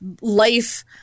life